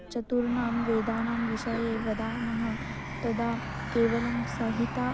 चतुर्णां वेदानां विषये वदामः तदा केवलं सहिता